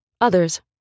Others